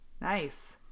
nice